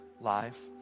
life